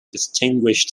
distinguished